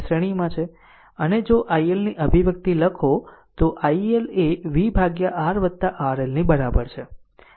આમ જો iL ની અભિવ્યક્તિ લખો તો r iL એ v ભાગ્યા RRL ની બરાબર છે